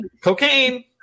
Cocaine